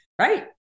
Right